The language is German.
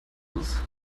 ist